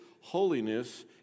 holiness